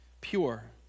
pure